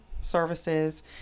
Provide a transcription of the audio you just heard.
services